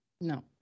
No